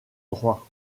droit